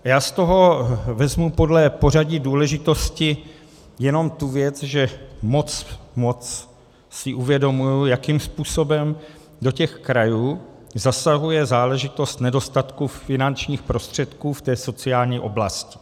Já z toho vezmu podle pořadí důležitosti jenom tu věc, že si moc uvědomuji, jakým způsobem do těch krajů zasahuje záležitost nedostatku finančních prostředků v té sociální oblasti.